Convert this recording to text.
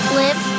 live